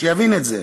שיבין את זה.